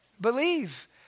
believe